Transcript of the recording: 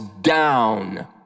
down